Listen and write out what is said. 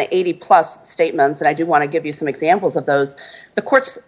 an eighty plus statement but i do want to give you some examples of those the courts